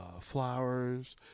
flowers